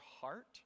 heart